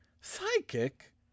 psychic